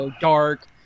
dark